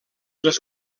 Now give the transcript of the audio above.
les